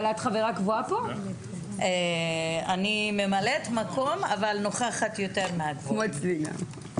אני ממלאת מקום אבל נוכחת יותר מהקבועים.